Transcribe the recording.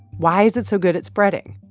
why is it so good at spreading?